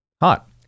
Hot